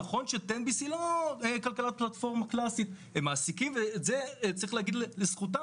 נכון שתן ביס היא לא כלכלת פלטפורמה קלסית ואת ה צריך להגיד לזכותם.